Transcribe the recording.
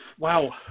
Wow